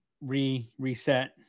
re-reset